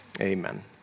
Amen